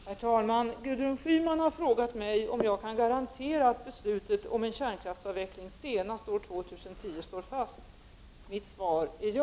Herr talman! Gudrun Schyman har frågat mig om jag kan garantera att beslutet om en kärnkraftsavveckling senast år 2010 står fast. Mitt svar är ja!